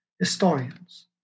historians